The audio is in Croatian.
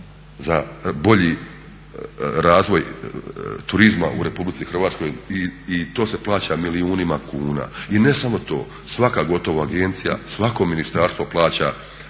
za bolji razvoj turizma u Republici Hrvatskoj i to se plaća milijunima kuna. I ne samo to, svaka gotovo agencija, svako ministarstvo plaća